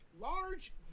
large